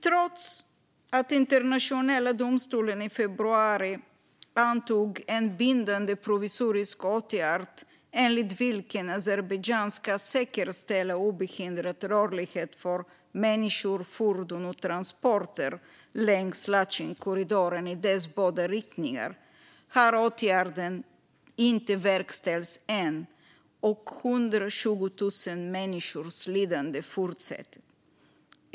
Trots att Internationella brottmålsdomstolen i februari antog en bindande provisorisk åtgärd enligt vilken Azerbajdzjan ska säkerställa obehindrad rörlighet för människor, fordon och transporter längs Latjinkorridorens båda riktningar har åtgärden inte verkställts än, och 120 000 människors lidande fortsätter.